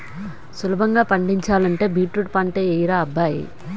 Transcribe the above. సులభంగా పండించాలంటే బీట్రూట్ పంటే యెయ్యరా అబ్బాయ్